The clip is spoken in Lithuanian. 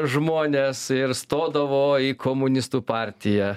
žmonės ir stodavo į komunistų partiją